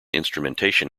instrumentation